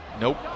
Nope